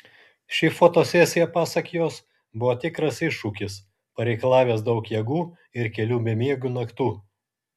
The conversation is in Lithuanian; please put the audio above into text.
ši fotosesija pasak jos buvo tikras iššūkis pareikalavęs daug jėgų ir kelių bemiegių naktų